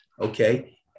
Okay